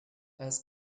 als